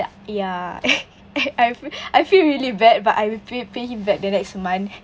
ya I feel I feel really bad but I will pay pay him back the next month